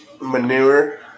Manure